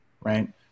right